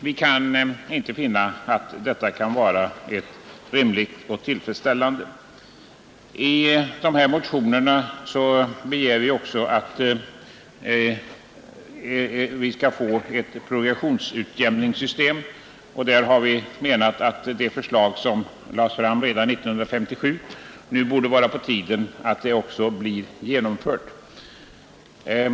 Vi kan inte finna detta rimligt och tillfredsställande. I motionerna begär vi också att det förslag till progressionsutjämningssystem som lades fram redan 1957 blir genomfört.